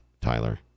Tyler